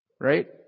right